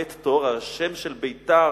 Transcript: בית-תור, השם של ביתר,